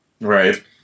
Right